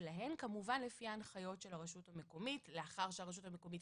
רק לגבי שירותי הגבייה.